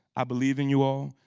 i believe in you all,